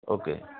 okay